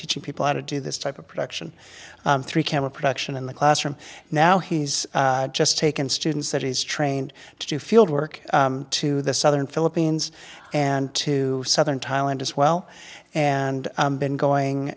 teaching people how to do this type of production three camera production in the classroom now he's just taken students that he's trained to do fieldwork to the southern philippines and to southern thailand as well and been going